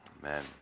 Man